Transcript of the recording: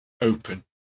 open